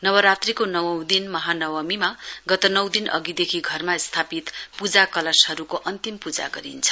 नवरात्रीको नवौं दिन महानवमीमा गत नौं दिन अघिदेखि घरमा स्थापित पूजा कलशहरुको अन्तिम पूजा गरिन्छ